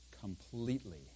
completely